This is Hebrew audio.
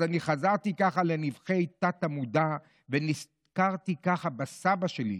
אז אני חזרתי ככה לנבכי תת-המודע ונזכרתי ככה בסבא שלי,